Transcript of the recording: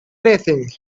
anything